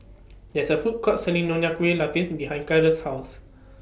There IS A Food Court Selling Nonya Kueh Lapis behind Karol's House